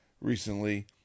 recently